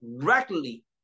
directly